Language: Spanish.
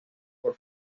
por